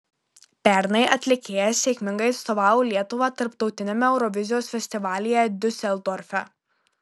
pernai atlikėja sėkmingai atstovavo lietuvą tarptautiniame eurovizijos festivalyje diuseldorfe